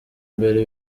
imbere